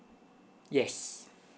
yes